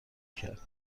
کرد